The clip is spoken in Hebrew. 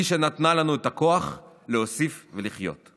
היא שנתנה לנו את הכוח להוסיף ולחיות.